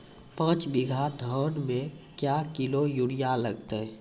पाँच बीघा धान मे क्या किलो यूरिया लागते?